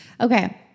Okay